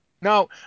No